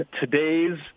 today's